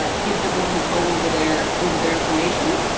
ah give them more control over their over their information.